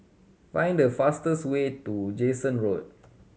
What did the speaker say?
find the fastest way to Jansen Road